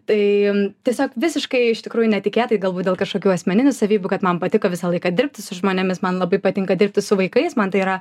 tai tiesiog visiškai iš tikrųjų netikėtai galbūt dėl kažkokių asmeninių savybių kad man patiko visą laiką dirbti su žmonėmis man labai patinka dirbti su vaikais man tai yra